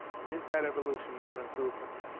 and is that evolution an improvement?